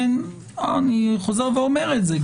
אני חוזר ואומר את זה,